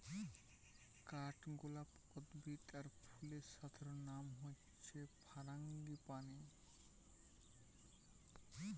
কাঠগোলাপ উদ্ভিদ আর ফুলের সাধারণ নাম হচ্ছে ফারাঙ্গিপানি